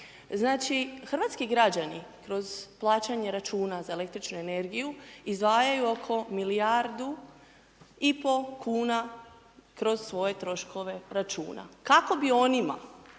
Znači hrvatski građani kroz plaćanje računa za električnu energiju, izdvajaju oko milijardu i pol kuna kroz svoje troškove računa kako bi onima